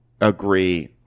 agree